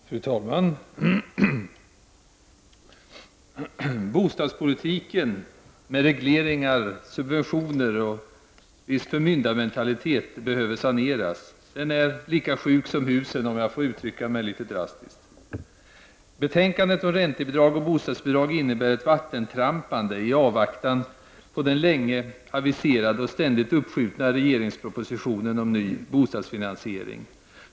Fru talman! Bostadspolitiken med dess regleringar, subventioner och en viss förmyndarmentalitet behöver saneras. Den är lika sjuk som husen, om jag får uttrycka mig litet drastiskt. Betänkandet om räntebidrag och bostadsbidrag innebär ett vattentrampande i avvaktan på den sedan länge aviserade och ständigt uppskjutna regeringspropositionen om ny bostadsfinansiering.